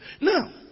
Now